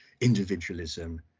individualism